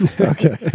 Okay